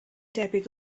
debyg